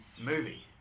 movie